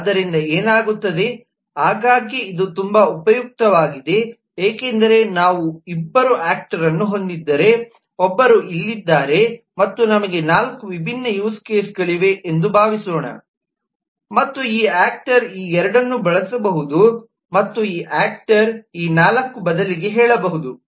ಆದ್ದರಿಂದ ಏನಾಗುತ್ತದೆ ಆಗಾಗ್ಗೆ ಇದು ತುಂಬಾ ಉಪಯುಕ್ತವಾಗಿದೆ ಏಕೆಂದರೆ ನಾವು ಇಬ್ಬರು ಆಕ್ಟರ್ರನ್ನು ಹೊಂದಿದ್ದರೆ ಒಬ್ಬರು ಇಲ್ಲಿದ್ದಾರೆ ಮತ್ತು ನಮಗೆ ನಾಲ್ಕು ವಿಭಿನ್ನ ಯೂಸ್ ಕೇಸ್ಗಳಿವೆ ಎಂದು ಭಾವಿಸೋಣಮತ್ತು ಈ ಆಕ್ಟರ್ ಈ ಎರಡನ್ನು ಬಳಸಬಹುದು ಮತ್ತು ಈ ಆಕ್ಟರ್ ಈ ನಾಲ್ಕು ಬದಲಿಗೆ ಹೇಳಬಹುದು